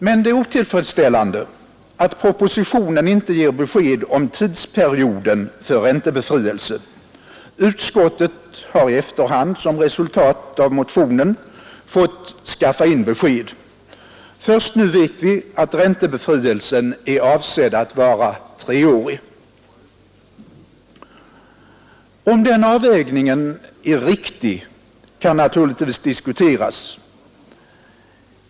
Men det är otillfredsställande att propositionen inte ger besked om tidsperioden för räntebefrielse. Utskottet har i efterhand som resultat av motionen fått skaffa in besked. Först nu vet vi att räntebefrielsen är avsedd att vara treårig. Om den avvägningen är riktig kan naturligtvis diskuteras.